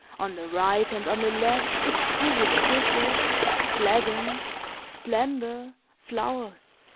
on the right and on the left exquisite dishes, flagons, splendor, flowers